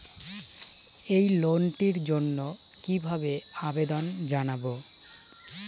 এই লোনটির জন্য কিভাবে আবেদন জানাবো?